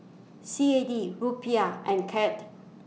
C A D Rupiah and Kyat